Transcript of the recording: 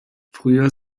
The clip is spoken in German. früher